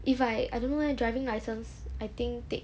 if I I don't leh when driving license I think take